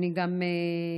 אני גם שמחה,